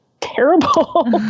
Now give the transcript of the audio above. terrible